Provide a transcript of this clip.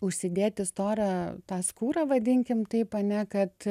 užsidėti storą tą skūrą vadinkim taip ane kad